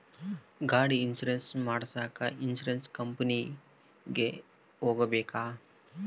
ಗಾಡಿ ಇನ್ಸುರೆನ್ಸ್ ಮಾಡಸಾಕ ಇನ್ಸುರೆನ್ಸ್ ಕಂಪನಿಗೆ ಹೋಗಬೇಕಾ?